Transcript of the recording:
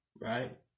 right